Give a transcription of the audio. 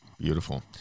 beautiful